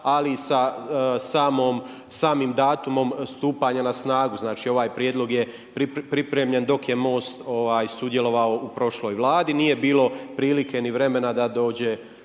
ali i sa samim datumom stupanja na snagu. Znači ovaj prijedlog je pripremljen dok je MOST sudjelovao u prošloj Vladi. Nije bilo prilike ni vremena da dođe